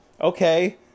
okay